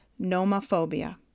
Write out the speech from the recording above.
nomophobia